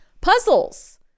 puzzles